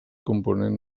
component